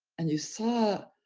and you saw,